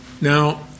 Now